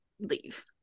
leave